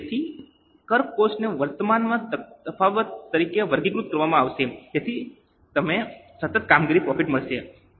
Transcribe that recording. તેથી કર કોસ્ટ ને વર્તમાનમાં તફાવત તરીકે વર્ગીકૃત કરવામાં આવે છે જેથી તમે સતત કામગીરીથી પ્રોફિટ મેળવો